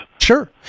Sure